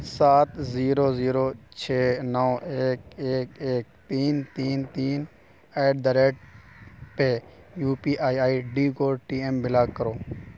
سات zero zero چھ نو ایک ایک ایک تین تین تین at the rate pay U P I I D کو ٹی ایم بلاک کرو